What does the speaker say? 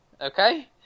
Okay